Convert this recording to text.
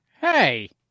Hey